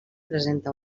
presenta